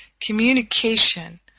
communication